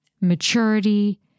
maturity